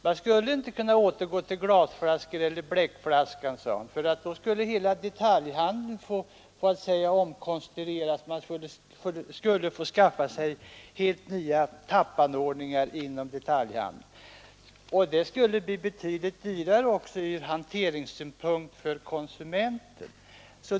Man skulle inte kunna återgå till glaseller bleckflaskor, eftersom hela detaljhandeln då skulle behöva omkonstrueras. Man skulle bli tvungen att skaffa helt nya tappningsanordningar, vilket bleve betydligt dyrare för konsumenten.